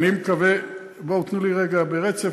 אדוני השר --- בואו, תנו רגע ברצף.